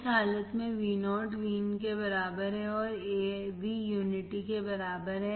इस हालत में Vo Vin के बराबर है और Av यूनिटी के बराबर है